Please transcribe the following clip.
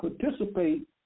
participate